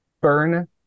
Burn